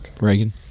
Reagan